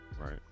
Right